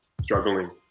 struggling